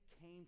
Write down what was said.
came